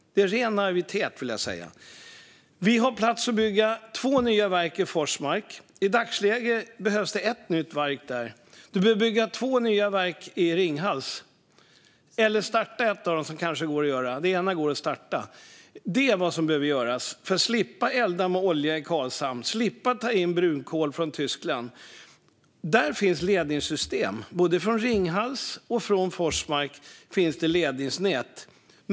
Det är ren naivitet att påstå det. Vi har plats för att bygga två nya verk i Forsmark. I dagsläget behövs det ett nytt verk där. Det behöver byggas två nya verk i Ringhals, eller starta det ena av dem som finns där. Det ena går att starta. Det är vad som behöver göras för att vi ska slippa elda med olja i Karlshamn och slippa ta in brunkol från Tyskland. Från både Ringhals och Forsmark finns det ledningsnät.